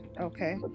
okay